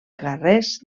carrers